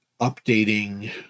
updating